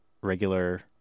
regular